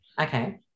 Okay